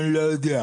אני לא יודע.